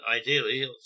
ideally